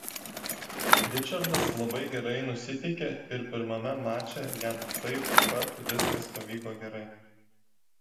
ričardas labai gerai nusiteikė ir pirmame mače jam taip pat viskas pavyko gerai